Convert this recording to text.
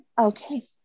okay